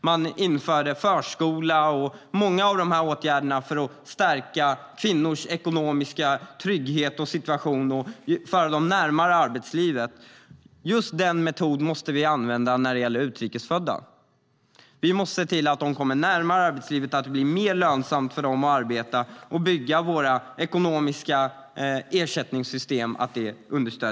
Man införde förskola och många sådana åtgärder för att stärka kvinnors ekonomiska trygghet och situation och för att föra dem närmare arbetslivet. Just denna metod måste vi använda när det gäller utrikesfödda. Vi måste se till att de kommer närmare arbetslivet och att det blir mer lönsamt för dem att arbeta. Vi ska understödja bygget av våra ekonomiska ersättningssystem.